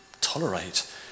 tolerate